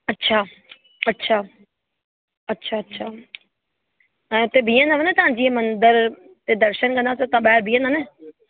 अच्छा अच्छा अच्छा अच्छा ऐं हुते बीहंदव न तां जीअं मंदर ते दर्शन कंदा त तव्हां ॿाहिरि बीहंदा न